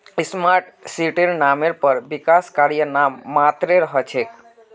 smart सिटीर नामेर पर विकास कार्य नाम मात्रेर हो छेक